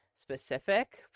specific